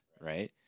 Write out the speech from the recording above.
right